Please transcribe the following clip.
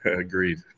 Agreed